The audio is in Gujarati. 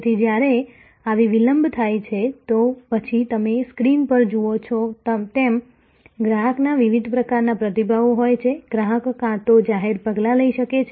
તેથી જ્યારે આવી વિલંબ થાય છે તો પછી તમે સ્ક્રીન પર જુઓ છો તેમ ગ્રાહકના વિવિધ પ્રકારના પ્રતિભાવો હોય છે ગ્રાહક કાં તો જાહેર પગલાં લઈ શકે છે